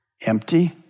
Empty